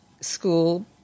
school